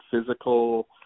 physical